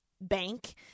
bank